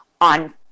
on